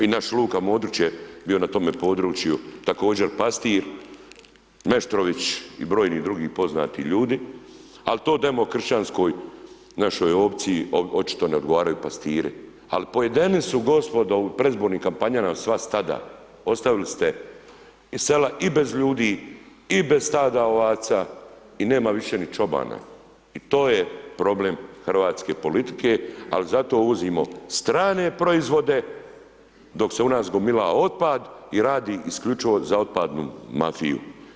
I naš Luka Modrić je bio na tome području također pastir, Meštrović i brojni drugi poznati ljudi, al to demokršćanskoj našoj opciji očito ne odgovaraju pastiri, al pojedeni su gospodo u predizbornim kampanjama sva stada, ostavili ste i sela i bez ljudi i bez stada ovaca i nema više ni čobana i to je problem hrvatske politike, ali zato uvozimo strane proizvode, dok se u nas gomila otpad i radi isključivo za otpadnu mafiju.